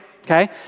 okay